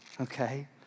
okay